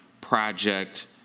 project